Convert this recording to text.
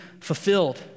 fulfilled